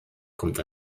kommt